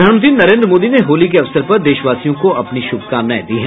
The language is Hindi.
प्रधानमंत्री नरेन्द्र मोदी ने होली के अवसर पर देशवासियों को अपनी शुभकामनाएं दी है